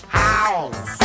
house